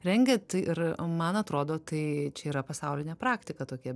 rengiat ir man atrodo tai čia yra pasaulinė praktika tokia